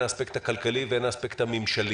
הן האספקט הכלכלי והן האספקט הממשלי.